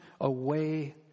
away